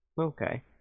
Okay